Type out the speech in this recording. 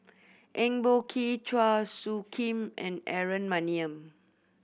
Eng Boh Kee Chua Soo Khim and Aaron Maniam